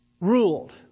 ruled